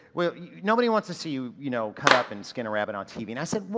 well nobody wants to see you, you know, cut up and skin a rabbit on tv. and i said, well,